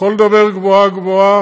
אתה יכול לדבר גבוהה-גבוהה,